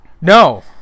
no